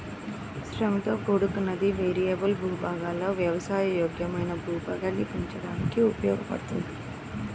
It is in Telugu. శ్రమతో కూడుకున్నది, వేరియబుల్ భూభాగాలలో వ్యవసాయ యోగ్యమైన భూభాగాన్ని పెంచడానికి ఉపయోగించబడింది